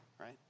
right